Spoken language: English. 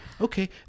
Okay